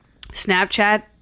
Snapchat